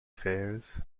fairs